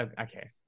okay